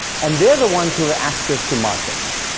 and they're the ones who have access to markets,